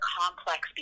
complex